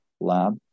lab